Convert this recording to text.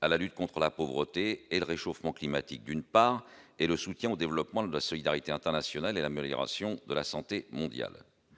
à la lutte contre la pauvreté et le réchauffement climatique, d'une part et le soutien au développement de la solidarité internationale et l'amélioration de la santé mondiale